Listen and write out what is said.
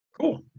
Cool